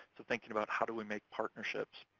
so thinking about how do we make partnerships?